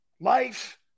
life